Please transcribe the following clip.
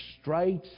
straight